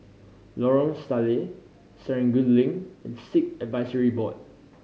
Lorong Salleh Serangoon Link and Sikh Advisory Board